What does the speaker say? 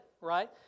right